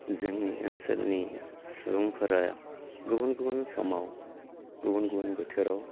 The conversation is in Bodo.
जोंनि ओनसोलनि सुबुंफोरा गुबुन गुबुन समाव गुबुन गुबुन बोथोराव